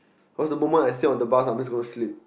because the moment I sit on the bus I'm just gonna asleep